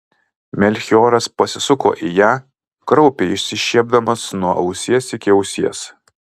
melchioras pasisuko į ją kraupiai išsišiepdamas nuo ausies iki ausies